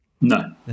No